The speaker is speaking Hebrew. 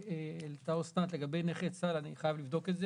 שהעלית אסנת לגבי נכי צה"ל, אני חייב לבדוק את זה.